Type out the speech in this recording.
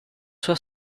sua